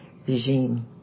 regime